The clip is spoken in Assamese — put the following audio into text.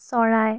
চৰাই